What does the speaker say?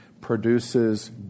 produces